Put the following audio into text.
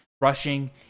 rushing